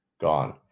gone